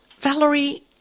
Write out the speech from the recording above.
Valerie